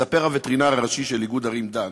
מספר הווטרינר הראשי של איגוד ערים דן